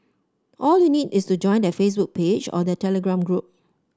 all you need is to join their Facebook page or their Telegram group